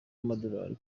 amadorali